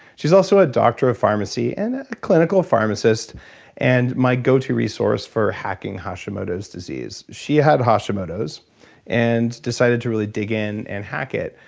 she's also a doctor of pharmacy and a clinical pharmacist and my go-to resource for hacking hashimoto's disease. she had hashimoto's and decided to really dig in and hack it.